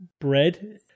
bread